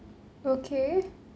okay